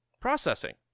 Processing